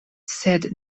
sed